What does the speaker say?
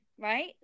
right